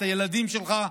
את הילדים שלך,